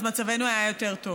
אז מצבנו היה יותר טוב.